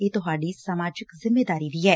ਇਹ ਤੁਹਾਡੀ ਸਮਾਜਿਕ ਜਿੰਮੇਵਾਰੀ ਵੀ ਏ